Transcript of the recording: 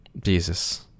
Jesus